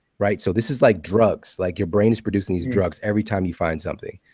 right? so this is like drugs. like your brain is producing these drugs every time you find something.